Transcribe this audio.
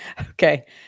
Okay